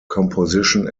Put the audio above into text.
composition